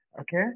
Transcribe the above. okay